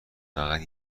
فقط